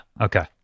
okay